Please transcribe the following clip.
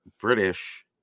British